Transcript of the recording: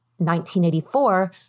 1984